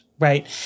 Right